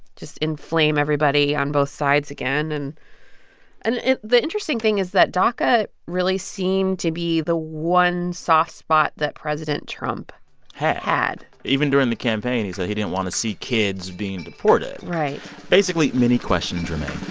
just inflame everybody on both sides again. and and the interesting thing is that daca really seemed to be the one soft spot that president trump had had. even during the campaign, he said he didn't want to see kids being deported right basically, many questions remain